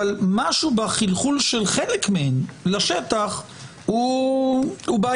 אבל משהו בחלחול לשטח של חלק מהן הוא בעייתי,